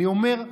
אני אומר: